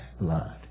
blood